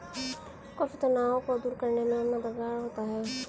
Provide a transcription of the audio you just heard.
coffee तनाव को दूर करने में मददगार होता है